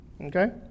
Okay